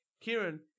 Kieran